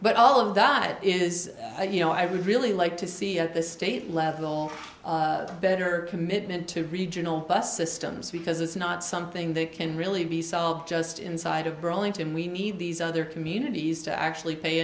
but all of that is you know i would really like to see at the state level better commitment to regional bus systems because it's not something that can really be solved just inside of burlington we need these other communities to actually pay